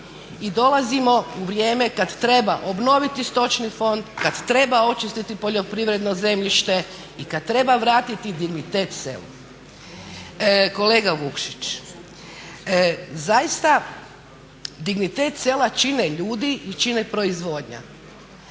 i dolazimo u vrijeme kada treba obnoviti stočni fond, kada treba očistiti poljoprivredno zemljište i kada treba vratiti dignitet selu. Kolega Vukšić zaista dignitet čine ljudi i čini proizvodnja.